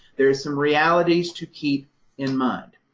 there are some realities to keep in mind.